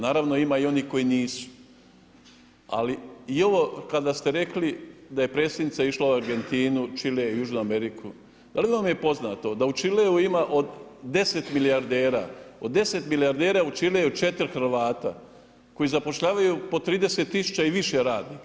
Naravno ima i onih koji nisu ali i ovo kada ste rekli da je Predsjednica išla u Argentinu, Čule, Južnu Ameriku, da li vam je poznato da u Čileu ima od 10 milijardera, od 10 milijardera u Čileu je 4 Hrvata koji zapošljavaju po 30 000 i više radnika?